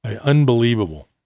Unbelievable